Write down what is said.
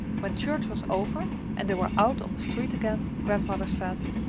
when church was over and they were out on the street again, grandmother said,